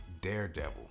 Daredevil